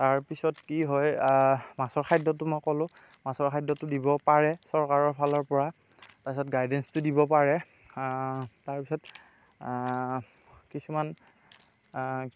তাৰপিছত কি হয় মাছৰ খাদ্যটো মই ক'লো মাছৰ খাদ্যটো দিব পাৰে চৰকাৰৰ ফালৰ পৰা তাৰপাছত গাইডেঞ্চটো দিব পাৰে তাৰপাছত কিছুমান